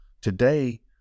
Today